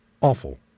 Awful